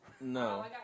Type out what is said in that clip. No